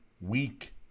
weak